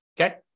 okay